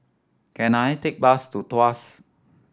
can I take bus to Tuas